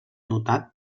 notat